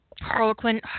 Harlequin